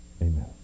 Amen